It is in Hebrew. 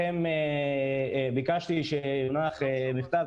אחת, ביקשתי שיונח על שולחנכם מכתב.